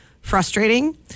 frustrating